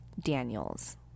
Daniels